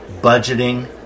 budgeting